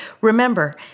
Remember